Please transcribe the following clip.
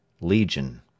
legion